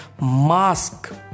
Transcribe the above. mask